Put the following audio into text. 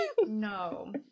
No